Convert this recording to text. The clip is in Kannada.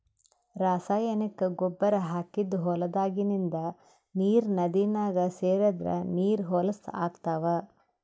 ರಾಸಾಯನಿಕ್ ಗೊಬ್ಬರ್ ಹಾಕಿದ್ದ್ ಹೊಲದಾಗಿಂದ್ ನೀರ್ ನದಿನಾಗ್ ಸೇರದ್ರ್ ನೀರ್ ಹೊಲಸ್ ಆಗ್ತಾವ್